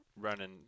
running